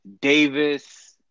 Davis